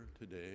today